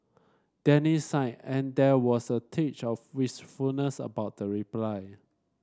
Danny sighed and there was a teach of wistfulness about the reply